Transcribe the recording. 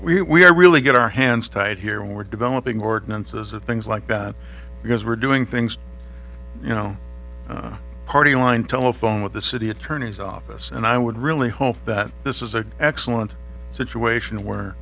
we really get our hands tied here when we're developing ordinances or things like that because we're doing things you know party line telephone with the city attorney's office and i would really hope that this is an excellent situation where